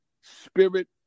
spirit